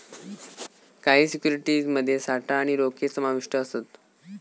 काही सिक्युरिटीज मध्ये साठा आणि रोखे समाविष्ट असत